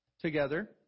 Together